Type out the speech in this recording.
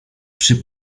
przy